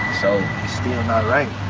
so still not right.